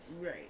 right